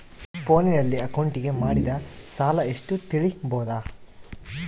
ಫೋನಿನಲ್ಲಿ ಅಕೌಂಟಿಗೆ ಮಾಡಿದ ಸಾಲ ಎಷ್ಟು ತಿಳೇಬೋದ?